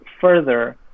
further